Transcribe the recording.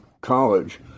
college